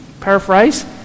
paraphrase